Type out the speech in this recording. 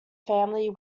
family